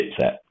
chipset